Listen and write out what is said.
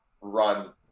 run